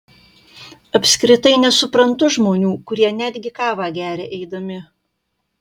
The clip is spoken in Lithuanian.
apskritai nesuprantu žmonių kurie netgi kavą geria eidami